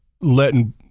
letting